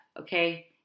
Okay